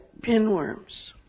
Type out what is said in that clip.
pinworms